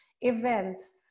Events